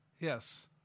Yes